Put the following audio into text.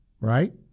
right